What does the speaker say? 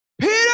Peter